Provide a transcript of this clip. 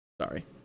Sorry